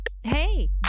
hey